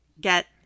get